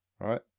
right